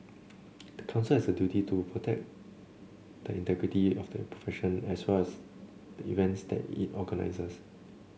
the Council has a duty to protect the integrity of the profession as well as the events that it organises